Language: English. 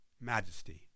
majesty